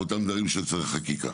באותם דברים שצריכים חקיקה.